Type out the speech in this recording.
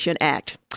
Act